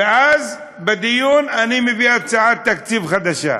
ואז בדיון אני מביא הצעת תקציב חדשה.